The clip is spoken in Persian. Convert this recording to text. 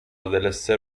دلستر